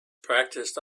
practiced